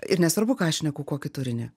ir nesvarbu ką aš šneku kokį turinį